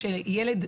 כשילד,